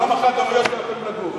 למה חד-הוריות לא יכולות לגור?